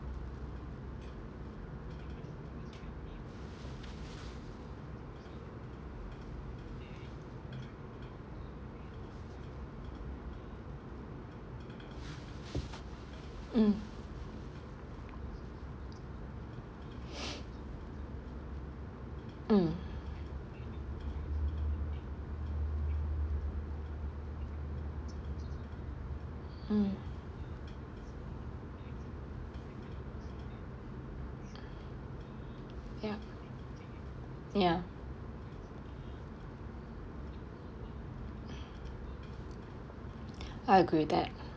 mm mm mm ya ya I agree that